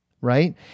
right